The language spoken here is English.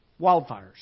wildfires